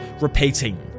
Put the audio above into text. repeating